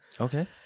Okay